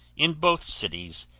in both cities,